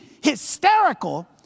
hysterical